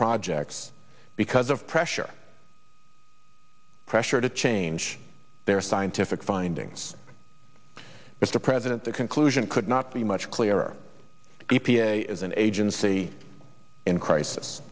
projects because of pressure pressure to change their scientific findings mr president the conclusion could not be much clearer e p a is an agency in crisis